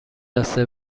بسته